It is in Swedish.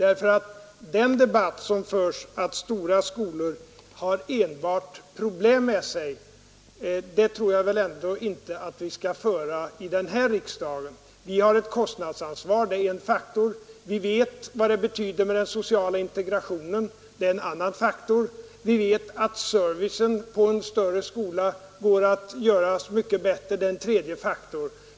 Argumentationen att stora skolor enbart för med sig problem tror jag väl inte att vi skall driva här i riksdagen. Vi har ett kostnadsansvar — det är en faktor. Vi vet vad det betyder med den sociala integrationen — det är en annan faktor. Vi vet att servicen på en större skola går att göra mycket bättre — det är en tredje faktor.